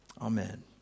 Amen